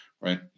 right